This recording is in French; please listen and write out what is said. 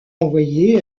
envoyés